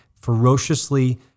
ferociously